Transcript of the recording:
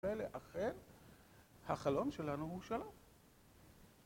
ולאכן, החלום שלנו הוא שלום